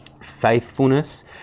faithfulness